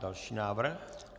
Další návrh.